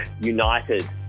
united